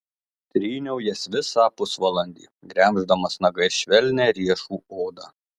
tryniau jas visą pusvalandį gremždamas nagais švelnią riešų odą